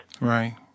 Right